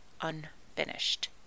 unfinished